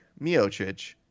Miocic